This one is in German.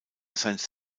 science